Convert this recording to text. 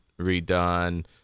redone